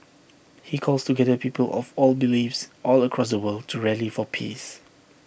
he calls together people of all beliefs all across the world to rally for peace